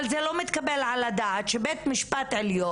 אבל זה לא מתקבל על הדעת שבית המשפט העליון,